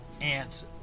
ants